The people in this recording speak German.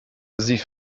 sie